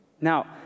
Now